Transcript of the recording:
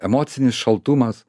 emocinis šaltumas